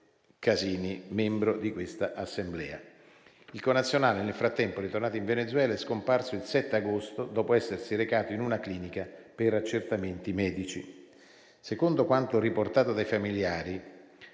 Casini, membro di questa Assemblea. Il connazionale nel frattempo, ritornato in Venezuela, è scomparso il 7 agosto dopo essersi recato in una clinica per accertamenti medici. Secondo quanto riportato dai familiari,